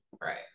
Right